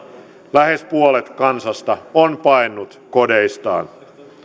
lähes puolet kansasta on paennut kodeistaan